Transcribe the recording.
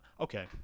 Okay